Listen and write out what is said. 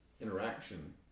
interaction